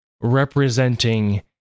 representing